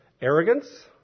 arrogance